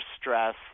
stress